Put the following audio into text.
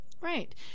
Right